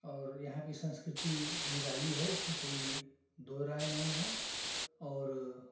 और यहाँ की सँस्कृति निराली है इसमें कोई दो राय नहीं है और